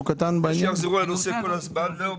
רוצה להתייחס אל מה שנאמר, הרב